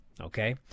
okay